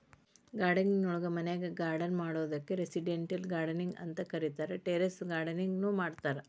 gardening ನೊಳಗ ಮನ್ಯಾಗ್ garden ಮಾಡೋದಕ್ಕ್ ರೆಸಿಡೆಂಟಿಯಲ್ ಗಾರ್ಡನಿಂಗ್ ಅಂತ ಕರೇತಾರ, ಟೆರೇಸ್ ಗಾರ್ಡನಿಂಗ್ ನು ಮಾಡ್ತಾರ